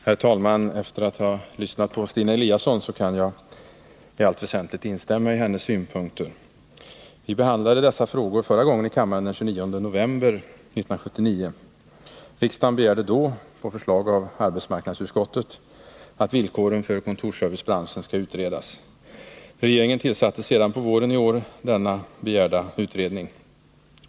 Herr talman! Efter att ha lyssnat på Stina Eliasson kan jag i allt väsentligt instämma i hennes synpunkter. Vi behandlade dessa frågor förra gången i kammaren den 29 november 1979. Riksdagen begärde då — på förslag av arbetsmarknadsutskottet — att villkoren för kontorsservicebranschen skall utredas. Regeringen tillsatte sedan på våren i år den begärda utredningen.